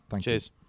Cheers